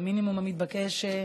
במינימום המתבקש,